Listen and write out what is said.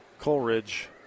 Coleridge